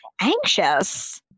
anxious